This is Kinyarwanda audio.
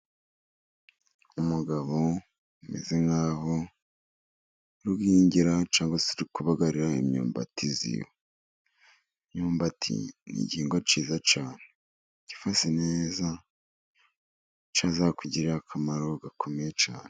Umugabo umeze nk'aho ari guhingira cyangwa se kubagarira imyumbati ziwe. Imyumbati ni igihingwa cyiza cyane, ugifashe neza cyazakugirira akamaro gakomeye cyane.